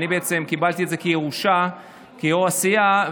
אני קיבלתי את זה בירושה כיו"ר הסיעה,